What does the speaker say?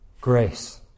grace